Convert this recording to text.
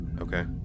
Okay